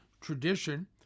tradition